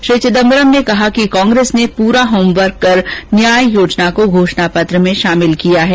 श्री चिदम्बरम ने कहा कि कांग्रेस ने पूरा होमवर्क कर न्याय योजना को घोषणा पत्र में शामिल किया है